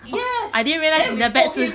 oh I didn't realise 你的 bad 是